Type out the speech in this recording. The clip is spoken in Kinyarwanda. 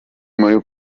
muri